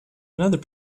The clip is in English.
another